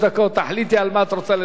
תחליטי על מה את רוצה לדבר,